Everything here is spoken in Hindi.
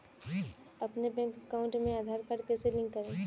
अपने बैंक अकाउंट में आधार कार्ड कैसे लिंक करें?